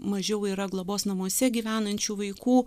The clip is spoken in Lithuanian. mažiau yra globos namuose gyvenančių vaikų